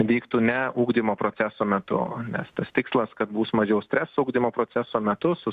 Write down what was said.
vyktų ne ugdymo proceso metu nes tas tikslas kad bus mažiau streso ugdymo proceso metu su